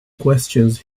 questions